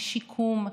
של שיקום.